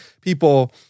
people